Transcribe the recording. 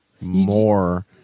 more